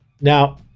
Now